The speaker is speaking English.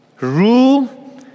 Rule